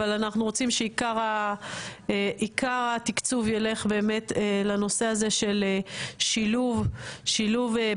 אבל אנחנו רוצים שעיקר התקצוב ילך באמת לנושא הזה של שילוב בקהילה.